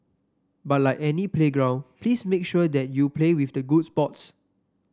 but like any playground please make sure that you play with the good sports